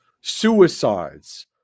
suicides